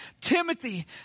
Timothy